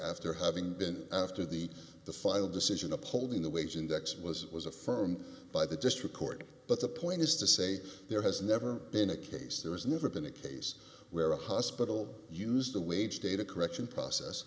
after having been after the final decision upholding the wage index was it was affirmed by the district court but the point is to say there has never been a case there is never been a case where a hospital used to wage data correction process